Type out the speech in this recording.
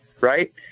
right